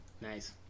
nice